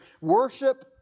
Worship